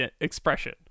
expression